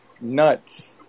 Nuts